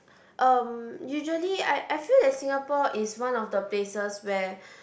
um usually I I feel that Singapore is one of the places where